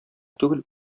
түгел